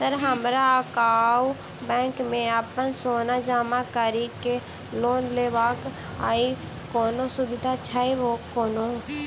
Sir हमरा अहाँक bank मे अप्पन सोना जमा करि केँ लोन लेबाक अई कोनो सुविधा छैय कोनो?